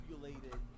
manipulated